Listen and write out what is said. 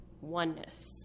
oneness